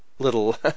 little